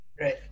Right